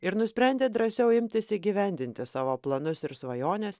ir nusprendė drąsiau imtis įgyvendinti savo planus ir svajones